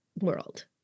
world